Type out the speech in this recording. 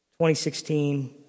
2016